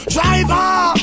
Driver